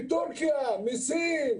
מטורקיה, מסין.